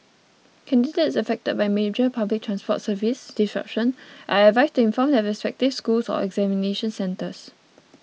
candidates affected by major public transport service disruption are advised to inform their respective schools or examination centres